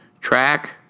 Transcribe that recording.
track